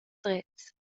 dretgs